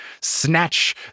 snatch